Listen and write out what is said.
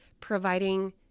providing